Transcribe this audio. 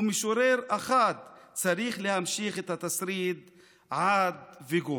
/ ומשורר אחד צריך להמשיך את התסריט / עד וגו'.